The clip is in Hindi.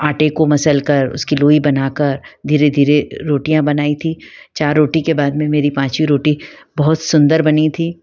आटे को मसलकर उसकी लोई बनाकर धीरे धीरे रोटियाँ बनाई थी चार रोटी के बाद में मेरी पाँचवीं रोटी बहुत सुंदर बनी थी